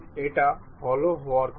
এটা হলোও হওয়ার কথা